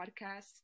podcast